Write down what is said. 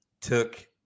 took